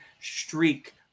streak